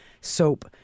soap